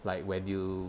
like when you